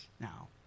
now